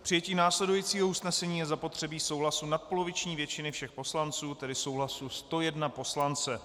K přijetí následujícího usnesení je zapotřebí souhlasu nadpoloviční většiny všech poslanců, tedy souhlasu 101 poslance.